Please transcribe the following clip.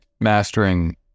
mastering